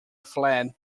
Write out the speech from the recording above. fled